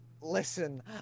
Listen